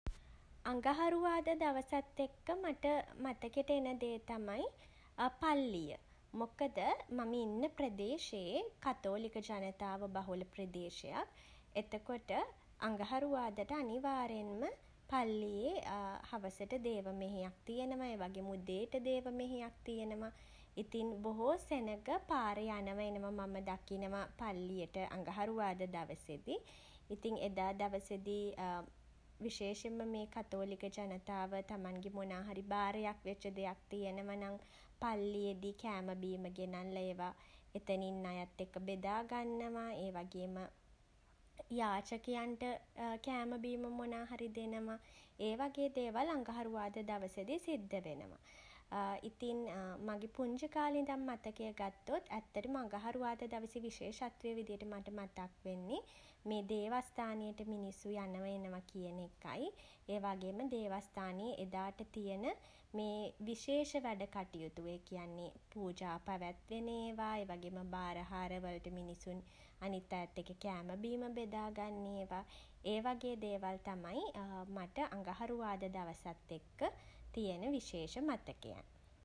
අඟහරුවාදා දවසත් එක්ක මට මතකෙට එන දේ තමයි පල්ලිය. මොකද මම ඉන්න ප්‍රදේශයේ කතෝලික ජනතාව බහුල ප්‍රදේශයක්. එතකොට අඟහරුවාදට අනිවාර්යෙන්ම පල්ලියේ හවසට දේවමෙහෙයක් තියෙනවා. ඒ වගේම උදේට දේව මෙහෙයක් තියෙනව. ඉතින් බොහෝ සෙනග පාරේ යනවා එනවා මම දකිනවා පල්ලියට අඟහරුවාද දවසෙදි. ඉතින් එදා දවසේදී විශේෂයෙන්ම මේ කතෝලික ජනතාව තමන්ගේ මොනා හරි බාරයක් වෙච්ච දෙයක් තියෙනවනම් පල්ලියේදී කෑම බීම ගෙනල්ලා ඒවා එතනින් අයත් එක්ක බෙදා ගන්නවා. ඒ වගේම යාචකයන්ට කෑම බීම මොනා හරි දෙනවා. ඒ වගේ දේවල් අඟහරුවාද දවසේදී සිද්ධ වෙනවා. ඉතින් මගේ පුංචි කාලේ ඉඳන් මතකය ගත්තොත් ඇත්තටම අඟහරුවාදා දවසේ විශේෂත්වය විදිහට මට මතක් වෙන්නේ මේ දේවස්ථානයට මිනිස්සු යනවා එනවා කියන එකයි ඒ වගේම දේවස්ථානයේ එදාට තියෙන මේ විශේෂ වැඩකටයුතු. ඒ කියන්නේ පූජා පැවැත්වෙන ඒවා ඒ වගේම බාරහාර වලට මිනිසුන් අනිත් අයත් එක්ක කෑම බීම බෙදා ගන්න ඒවා ඒ වගේ දේවල් තමයි මට අඟහරුවාදා දවසත් එක්ක තියෙන විශේෂ මතකයන්.